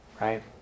Right